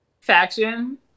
Faction